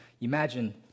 Imagine